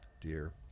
dear